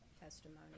testimony